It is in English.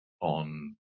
on